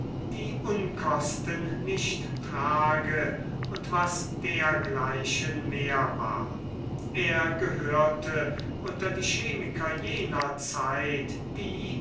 die unkosten nicht trage und was dergleichen mehr war er gehörte unter die chemiker jener zeit die